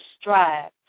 strive